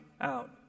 out